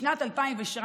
בשנת 2017,